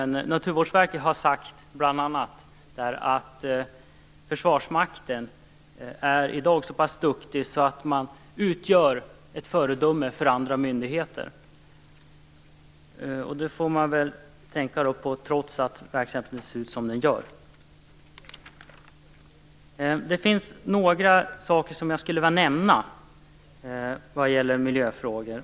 Naturvårdsverket säger bl.a. att man inom Försvarsmakten i dag är så pass duktig att man utgör ett föredöme för andra myndigheter. Detta får man väl tänka på, trots att verksamheten ser ut som den gör. Jag skulle vilja nämna några saker vad gäller miljöfrågorna.